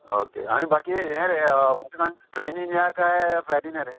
okay आनी बाकी हें रे म्हाका सांग ट्रेनीन या काय फ्लायटीन या रे